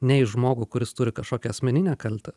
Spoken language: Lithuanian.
ne į žmogų kuris turi kažkokią asmeninę kaltę